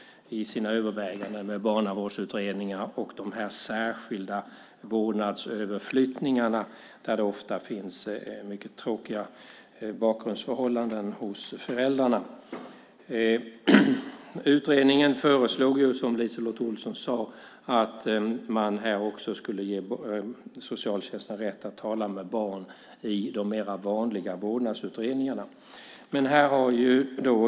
Det handlar om överväganden med barnavårdsutredningar och de särskilda vårdnadsöverflyttningarna där det ofta finns mycket tråkiga bakgrundsförhållanden hos föräldrarna. Utredningen föreslog, som LiseLotte Olsson sade, att man skulle ge socialtjänsten rätt att tala med barn också i de mer vanliga vårdnadsutredningarna.